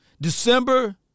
December